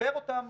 וחיבר אותם